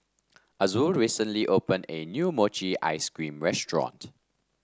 Azul recently opened a new Mochi Ice Cream restaurant